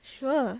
sure